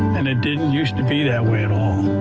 and it didn't used to be that way at all.